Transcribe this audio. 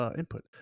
input